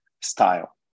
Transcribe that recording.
style